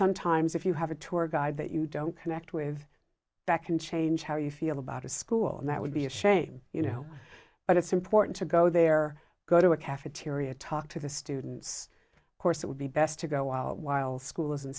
sometimes if you have a tour guide that you don't connect with back and change how you feel about a school and that would be a shame you know but it's important to go there go to a cafeteria talk to the students course it would be best to go out while school